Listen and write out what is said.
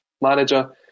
manager